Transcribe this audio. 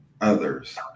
others